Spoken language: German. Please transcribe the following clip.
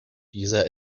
dieser